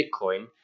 bitcoin